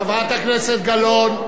חברת הכנסת גלאון,